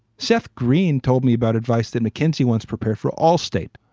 seth green told me about advice that mckinsey once prepared for all state.